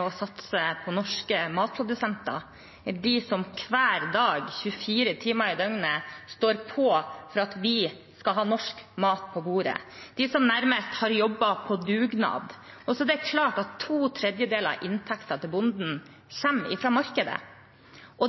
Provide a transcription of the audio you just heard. å satse på norske matprodusenter – de som hver dag, 24 timer i døgnet, står på for at vi skal ha norsk mat på bordet, de som nærmest har jobbet på dugnad. Det er klart at to tredjedeler av inntekten til bonden kommer fra markedet.